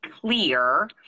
clear